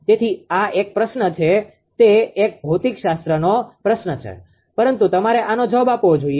તેથી આ એક પ્રશ્ન છે તે એક ભૌતિકશાસ્ત્રનો પ્રશ્ન છે પરંતુ તમારે આનો જવાબ આપવો જોઈએ